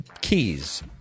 keys